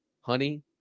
Honey